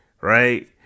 right